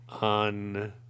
on